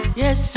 yes